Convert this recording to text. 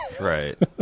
Right